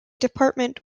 department